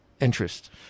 interest